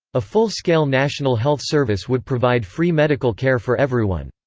a full-scale national health service would provide free medical care for everyone.